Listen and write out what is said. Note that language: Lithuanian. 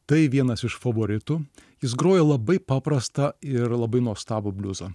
tai vienas iš favoritų jis groja labai paprastą ir labai nuostabų bliuzą